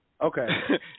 Okay